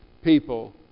people